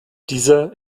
dieser